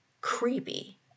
creepy